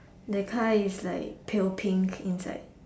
the car is like pale pink inside